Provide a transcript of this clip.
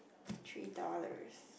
three dollars